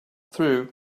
through